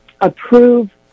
approve